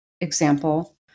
example